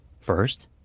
First